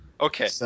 Okay